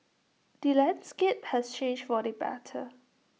the landscape has changed for the better